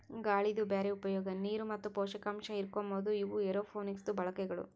ಗಾಳಿದು ಬ್ಯಾರೆ ಉಪಯೋಗ, ನೀರು ಮತ್ತ ಪೋಷಕಾಂಶ ಹಿರುಕೋಮದು ಇವು ಏರೋಪೋನಿಕ್ಸದು ಬಳಕೆಗಳು